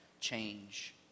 Change